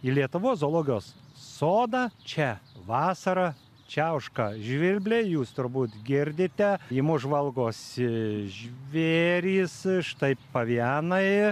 į lietuvos zoologijos sodą čia vasarą čiauška žvirbliai jūs turbūt girdite į mus žvalgosi žvėrys štai pavianai